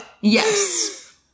Yes